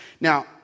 Now